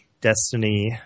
Destiny